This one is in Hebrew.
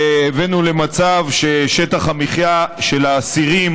הבאנו למצב ששטח המחיה של האסירים,